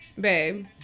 Babe